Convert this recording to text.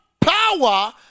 power